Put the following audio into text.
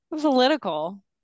political